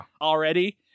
already